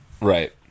right